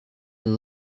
and